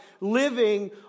living